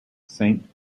saint